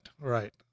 right